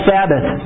Sabbath